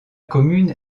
commune